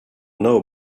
know